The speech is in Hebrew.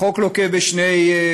החוק לוקה בשני